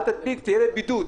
תהיה בבידוד.